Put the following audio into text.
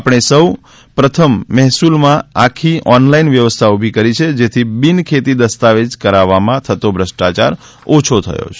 આપણે સૌ પ્રથમ મહેસૂલમાં આખી ઓનલાઇન વ્યવસ્થા ઉભી કરી છે જેથી બિનખેતી દસ્તાવેજ કરાવામાં થતો ભ્રષ્ટાચાર ઓછો થયો છે